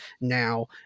now